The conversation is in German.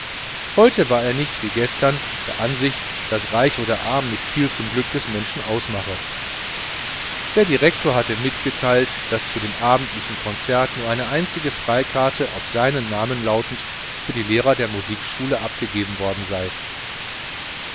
heute war er nicht wie gestern der ansicht daß reich oder arm nicht viel zum glück des menschen ausmache der direktor hatte mitgeteilt daß zu dem abendlichen konzert nur eine einzige freikarte auf seinen namen lautend für die lehrer der musikschule abgegeben worden sei